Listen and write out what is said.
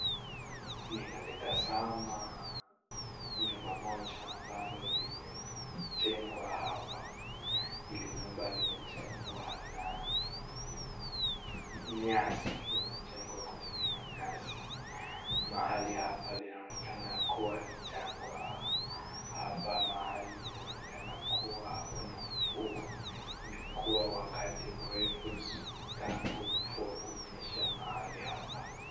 Ninalitazama nyumba moja ambalo limejengwa hapa. Hili nyumba limejengwa kutumia nyasi. Mahali hapa linaonekana kuwa ni jangwa. Hapa mahali linaonekana kuwa hakuna mvua imekuwa wakati mrefu tangu mvua kunyesha mahali hapa.